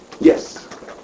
Yes